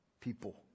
people